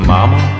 Mama